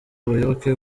abayoboke